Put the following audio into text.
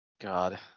God